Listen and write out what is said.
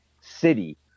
City